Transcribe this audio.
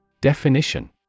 Definition